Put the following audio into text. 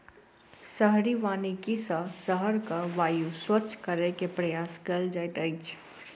शहरी वानिकी सॅ शहरक वायु स्वच्छ करै के प्रयास कएल जाइत अछि